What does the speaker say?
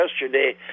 yesterday